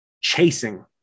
chasing